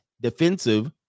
defensive